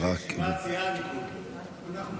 היא בישיבת סיעה בליכוד.